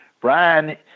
Brian